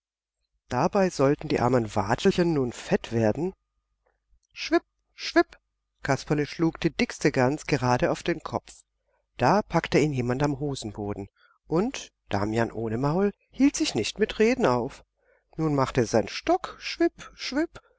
dabei sollten die armen watschelchen nun fett werden schwipp schwipp kasperle schlug die dickste gans gerade auf den kopf da packte ihn jemand am hosenboden und damian ohne maul hielt sich nicht mit reden auf nun machte sein stock schwipp schwipp